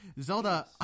Zelda